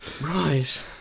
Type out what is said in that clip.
Right